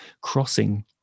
crossing